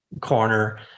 corner